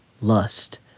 lust